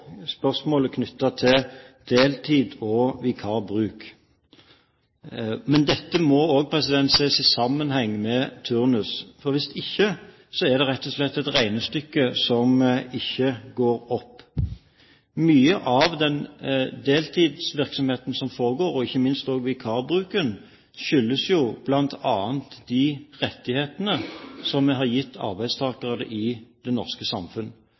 spørsmålet knyttet til deltid og vikarbruk. Men dette må også ses i sammenheng med turnus. Hvis ikke er det rett og slett et regnestykke som ikke går opp. Mye av den deltidsvirksomheten som foregår, og ikke minst også vikarbruken, skyldes bl.a. de rettighetene som vi har gitt arbeidstakerne i det norske samfunn